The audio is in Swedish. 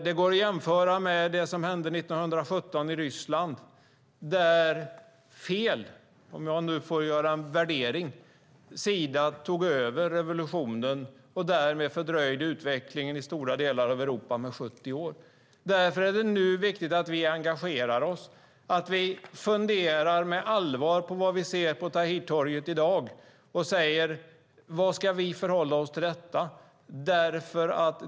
Det går att jämföra med som hände 1917 i Ryssland där fel - om jag får göra en värdering - sida tog över revolutionen och därmed fördröjde utvecklingen i stora delar av Europa med 70 år. Därför är det nu viktigt att vi engagerar oss och på allvar funderar på vad vi ser på Tahrirtorget i dag och säger: Hur ska vi förhålla oss till detta?